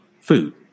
food